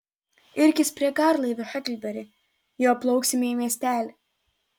irkis prie garlaivio heklberi juo plauksime į miestelį